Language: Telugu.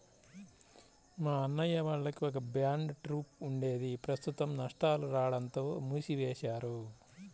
మా అన్నయ్య వాళ్లకి ఒక బ్యాండ్ ట్రూప్ ఉండేది ప్రస్తుతం నష్టాలు రాడంతో మూసివేశారు